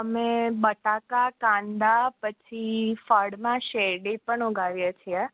અમે બટાકા કાંદા પછી ફળમાં શેરડી પણ ઉગાડીએ છે